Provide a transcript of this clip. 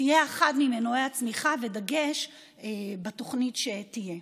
תהיה אחד ממנועי הצמיחה ודגש בתוכנית שתהיה.